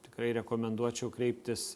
tikrai rekomenduočiau kreiptis